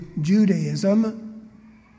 Judaism